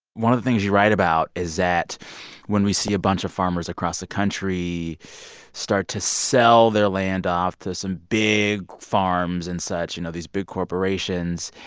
one of the things you write about is that when we see a bunch of farmers across the country start to sell their land off to some big farms and such, you know, these big corporations,